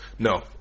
No